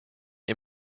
est